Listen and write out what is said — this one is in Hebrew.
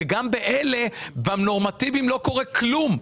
גם באלה, בנורמטיביות, לא קורה כלום.